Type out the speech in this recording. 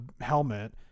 helmet